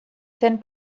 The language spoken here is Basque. zen